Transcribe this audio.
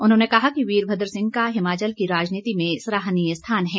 उन्होंने कहा कि वीरभद्र सिंह का हिमाचल की राजनीति में सराहनीय स्थान है